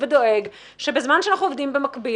ודואג שבזמן שאנחנו עובדים במקביל,